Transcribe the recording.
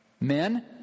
Men